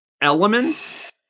elements